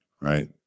right